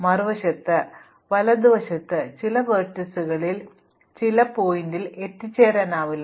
മറുവശത്ത് വലതുവശത്ത് ചില ലംബങ്ങൾ മറ്റ് ലംബങ്ങളിൽ നിന്ന് എത്തിച്ചേരാനാവില്ല